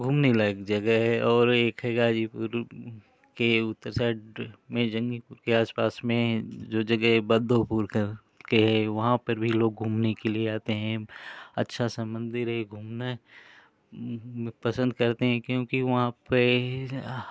घूमने लायक जगह है और एक है गाज़ीपुर के उत्तर साइड में जन्गीपुर के आसपास में जो जगह बद्धोपुर के वहाँ पर भी लोग घूमने के लिए आते हैं अच्छा सा मन्दिर है घूमना पसन्द करते हैं क्योंकि वहाँ पर